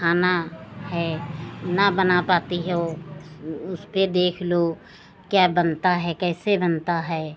खाना है न बना पाती हो उस पर देख लो क्या बनता है कैसे बनता है